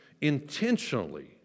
intentionally